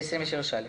בתקנה 23(א).